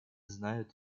знают